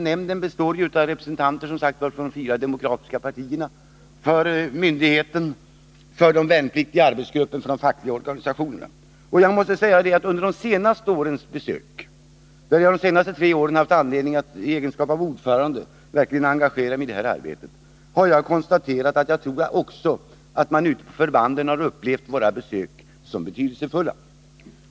Nämnden består av representanter för de fyra demokratiska partierna, för myndigheten, för de värnpliktiga och för de fackliga organisationerna. Jag tror att man under de senaste åren — jag har under de senaste tre åren i egenskap av ordförande haft anledning att verkligen engagera mig i det här arbetet — också ute på förbanden har upplevt våra besök som betydelsefulla.